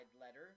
letter